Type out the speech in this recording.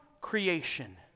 creation